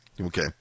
Okay